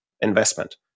investment